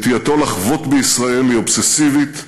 נטייתו לחבוט בישראל היא אובססיבית,